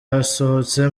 hasohotse